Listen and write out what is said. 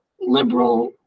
liberal